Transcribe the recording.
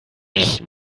nicht